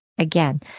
Again